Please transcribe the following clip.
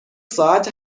ساعت